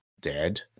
dead